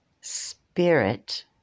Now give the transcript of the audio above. spirit